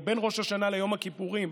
או בין ראש השנה ליום הכיפורים,